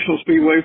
Speedway